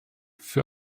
für